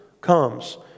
comes